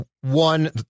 one